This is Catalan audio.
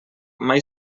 mai